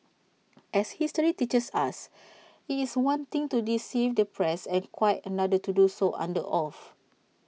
as history teaches us IT is one thing to deceive the press and quite another to do so under oath